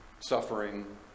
suffering